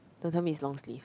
don't tell me is long sleeve